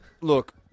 look